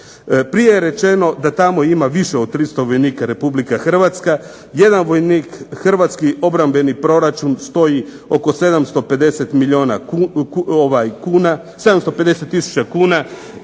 prije je rečeno da tamo ima više od 300 vojnika Republika Hrvatska. Jedan vojnik hrvatski obrambeni proračun stoji oko 750 tisuća